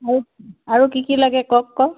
আৰু আৰু কি কি লাগে কওক আকৌ